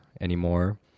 anymore